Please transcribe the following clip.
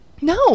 no